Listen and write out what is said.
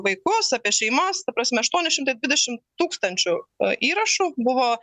vaikus apie šeimas ta prasme aštuoni šimtai dvidešim tūkstančių įrašų buvo